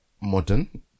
modern